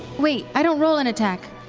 wait, i don't roll an attack.